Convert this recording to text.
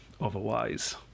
otherwise